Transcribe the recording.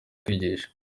kwigisha